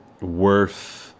worth